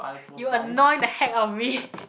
you annoy the heck of me